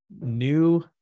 new